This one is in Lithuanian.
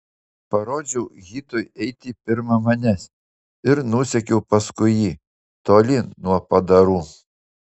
parodžiau hitui eiti pirma manęs ir nusekiau paskui jį tolyn nuo padarų